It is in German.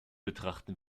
betrachten